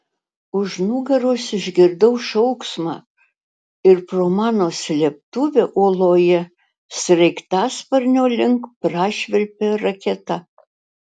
už nugaros išgirdau šauksmą ir pro mano slėptuvę uoloje sraigtasparnio link prašvilpė raketa